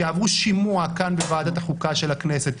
יעברו שימוע בוועדת חוקה של הכנסת.